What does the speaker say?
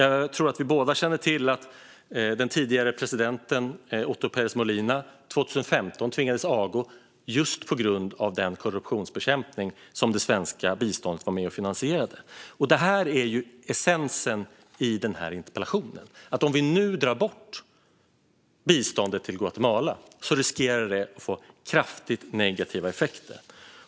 Jag tror att vi båda känner till att den tidigare presidenten, Otto Pérez Molina, 2015 tvingades avgå just på grund av den korruptionsbekämpning som det svenska biståndet var med och finansierade. Detta är essensen i denna interpellation. Om vi nu drar bort biståndet till Guatemala riskerar det att få kraftigt negativa effekter.